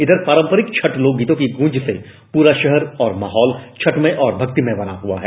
इधर पारंपरिक छठ लोक गीतों की गूंज से पूरा माहौल छठमय और भक्तिमय बना हुआ है